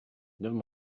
never